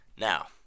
Now